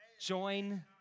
Join